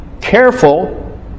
careful